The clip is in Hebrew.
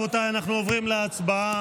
רבותיי, אנחנו עוברים להצבעה.